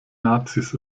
nazis